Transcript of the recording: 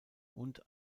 und